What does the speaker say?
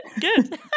good